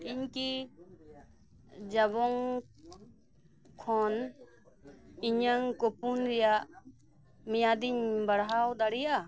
ᱤᱧᱠᱤ ᱡᱟᱵᱚᱝ ᱠᱷᱚᱱ ᱤᱧᱟᱹᱜ ᱠᱩᱯᱚᱱ ᱨᱮᱱᱟᱜ ᱢᱮᱭᱟᱫᱤᱧ ᱵᱟᱲᱦᱟᱣ ᱫᱟᱲᱮᱭᱟᱜᱼᱟ